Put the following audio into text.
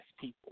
people